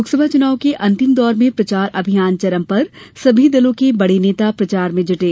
लोकसभा चुनाव के अंतिम दौर में प्रचार अभियान चरम पर सभी दलों के बड़े नेता प्रचार में जुटे